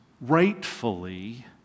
rightfully